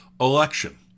Election